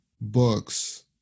books